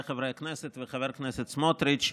חבריי חברי הכנסת וחבר הכנסת סמוטריץ',